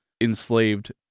enslaved